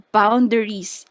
boundaries